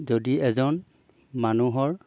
যদি এজন মানুহৰ